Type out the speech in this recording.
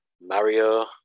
Mario